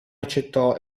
accettò